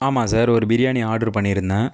ஆமாம் சார் ஒரு பிரியாணி ஆர்டரு பண்ணிருந்தேன்